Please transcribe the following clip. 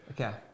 Okay